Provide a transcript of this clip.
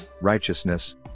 righteousness